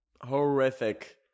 horrific